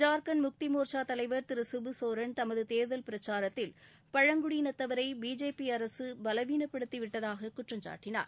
ஜார்கண்ட் முக்தி மு மோர்ச்சா தலைவர் திரு சிபுசோரன் தனது முதேர்தல் பிரச்சாரத்தில் பழங்குடியினத்தவரை பிஜேபி அரசு பலவீனப்படுத்தி விட்டதாக குற்றம் சாட்டினார்